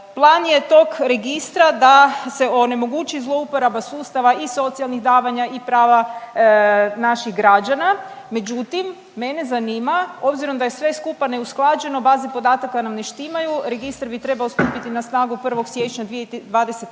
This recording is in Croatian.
Plan je tog registra da se onemogući zlouporaba sustava i socijalnih davanja i prava naši građana. Međutim, mene zanima obzirom da je sve neusklađeno, baze podataka nam ne štimaju, registar bi trebao stupiti na snagu 1. siječnja 2025.